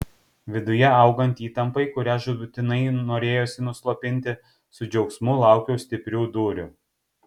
viduje augant įtampai kurią žūtbūtinai norėjosi nuslopinti su džiaugsmu laukiau stiprių dūrių